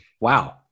Wow